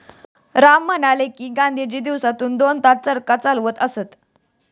राम म्हणाले की, गांधीजी दिवसातून दोन तास चरखा चालवत असत